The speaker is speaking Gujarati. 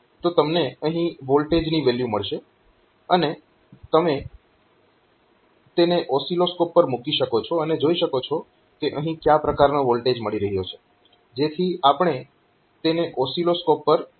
તો તમને અહીં વોલ્ટેજની વેલ્યુ મળશે અને તેને તમે ઓસિલોસ્કોપ પર મૂકી શકો છો અને જોઈ શકો છો કે અહીં કયા પ્રકારનો વોલ્ટેજ મળી રહ્યો છે જેથી આપણે તેને ઓસિલોસ્કોપ પર પ્લોટ કરી શકીએ